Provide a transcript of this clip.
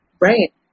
Right